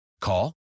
Call